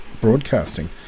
broadcasting